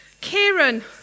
Kieran